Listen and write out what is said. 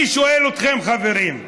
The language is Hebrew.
אני שואל אתכם, חברים: